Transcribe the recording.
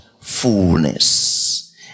Fullness